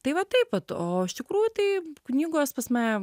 tai va taip vat o iš tikrųjų tai knygos posme